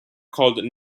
called